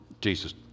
Jesus